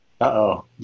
Uh-oh